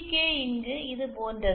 K இங்கு இது போன்றது